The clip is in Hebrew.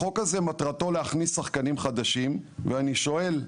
החוק הזה, מטרתו להכניס שחקנים חדשים, ואני שואל,